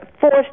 forced